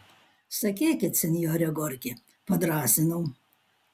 sakykit sinjore gorki padrąsinau